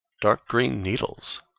dark-green needles!